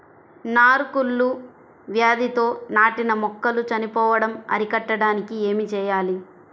నారు కుళ్ళు వ్యాధితో నాటిన మొక్కలు చనిపోవడం అరికట్టడానికి ఏమి చేయాలి?